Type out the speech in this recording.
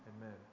Amen